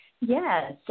Yes